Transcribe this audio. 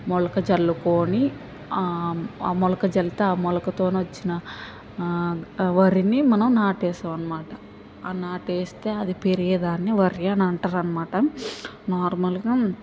మొలక చల్లుకుని ఆ మొలక చల్లితే ఆ మొలకతోని వచ్చిన ఆ వరిని మనం నాటు వేస్తాం అనమాట ఆ నాటు వేస్తే అది పెరిగే దాన్ని వరి అని అంటారు అనమాట నార్మల్గా